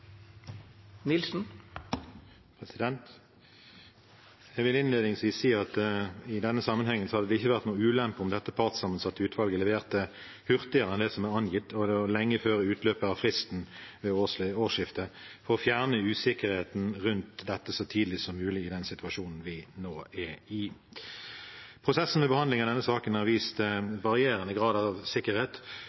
Jeg vil innledningsvis si at i denne sammenhengen hadde det ikke vært noen ulempe om dette partssammensatte utvalget leverte hurtigere enn det som er angitt, og lenge før utløpet av fristen, ved årsskiftet, for å fjerne usikkerheten rundt dette så tidlig som mulig i den situasjonen vi nå er i. Prosessen i behandlingen av denne saken har vist en varierende grad av sikkerhet